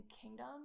Kingdom